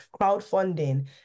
crowdfunding